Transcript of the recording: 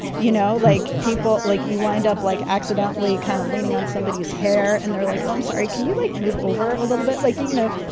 you know, like people like you wind up like accidently kind of leaning on somebody who's hair and they're like, oh, i'm sorry, can you move over a little bit? like, you you know,